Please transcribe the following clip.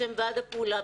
בשם ועד הפעולה,